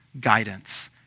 guidance